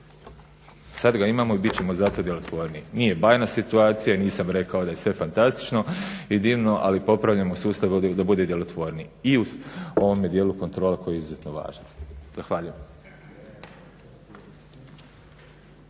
Sad ga imamo i bit ćemo zato djelotvorniji. Nije bajna situacija i nisam rekao da je sve fantastično i divno ali popravljamo sustav da bude djelotvorniji i u ovome dijelu kontrole koji je izuzetno važan. Zahvaljujem.